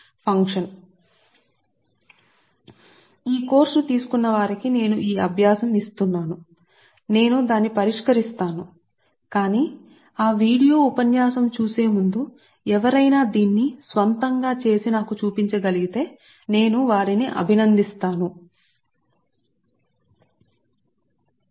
కాబట్టి నేను మీకు ఈ అభ్యాసం ను ఇస్తున్నాను మరియు ఈ కోర్సు ను తీసుకున్న వారు ఈ అబ్యాసం ను స్వంతంగా చేయాలి నేను దాన్ని పరిష్కరిస్తాను కానీ ఇంతకు ముందు మీరు ఆ వీడియో ఉపన్యాసాన్నీ ఎప్పుడుచూసినా దీనికి ముందు ఎవరైనా దీన్ని చేయగలిగితే మరియు నాకు చూపించగలిగితే నేను వారినిఅభినందిస్తాను కాబట్టి ఇది చాలా ఆసక్తికరమైన సమస్య